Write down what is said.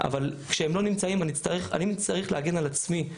אבל כשהם לא נמצאים אני צריך להגן על עצמי.